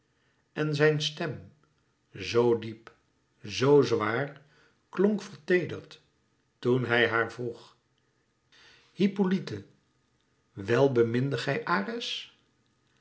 en zijn stem zoo diep zoo zwaar klonk verteederd toen hij haar vroeg hippolyte wèl beminde gij ares